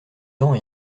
dents